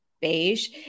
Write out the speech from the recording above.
beige